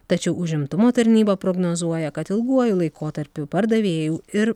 tačiau užimtumo tarnyba prognozuoja kad ilguoju laikotarpiu pardavėjų ir